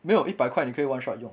没有一百块你可以 one shot 用